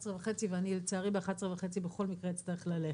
וחצי ואני לצערי ב-11 וחצי בכל מקרה אצטרך ללכת.